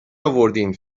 آوردین